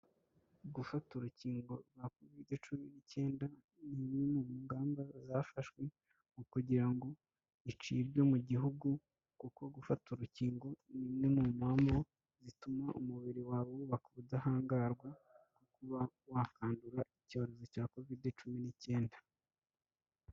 Gufata urukingo rwa Kovide cumi n'icyenda ni imwe mu ngamba zafashwe mu kugira ngo icibwe mu gihugu, kuko gufata urukingo ni imwe mu mpamvu zituma umubiri wawe wubaka ubudahangarwa bwo kuba wakandura icyorezo cya Kovide cumi n'icyenda.